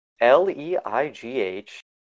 L-E-I-G-H